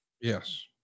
Yes